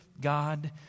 God